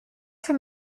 from